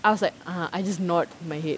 I was like ah I just nod my head